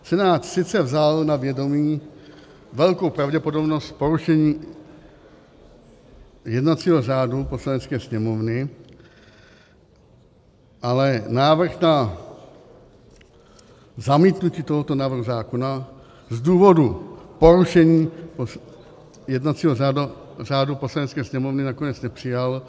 Senát sice vzal na vědomí velkou pravděpodobnost porušení jednacího řádu Poslanecké sněmovny, ale návrh na zamítnutí tohoto návrhu zákona z důvodu porušení jednacího řádu Poslanecké sněmovny nakonec nepřijal.